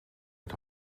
het